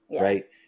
right